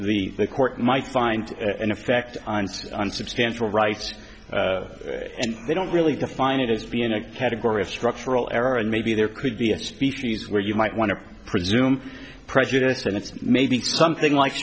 court the court might find an effect on substantial rights they don't really define it as being a category of structural error and maybe there could be a species where you might want to presume prejudice and it's maybe something like